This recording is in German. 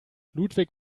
ludwig